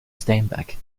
steinbeck